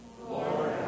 Lord